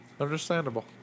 Understandable